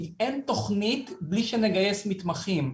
כי אין תוכנית בלי שנגייס מתמחים,